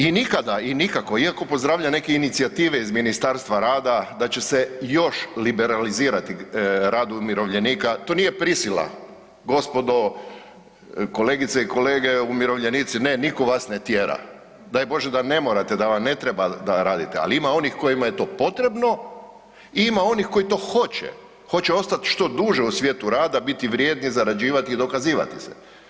I nikada, i nikako iako pozdravlja neke inicijative iz Ministarstva rada da će se još liberalizirati rad umirovljenika, to nije prisila, gospodo kolegice i kolege umirovljenici, ne niko vas ne tjera, daj Bože da ne morate, da vam ne treba da radite, ali ima onih kojima je to potrebno i ima onih koji to hoće, hoće ostat što duže u svijetu rada, biti vrijedni, zarađivati i dokazivati se.